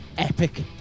epic